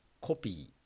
copy